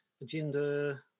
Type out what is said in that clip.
Agenda